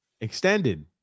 extended